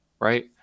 right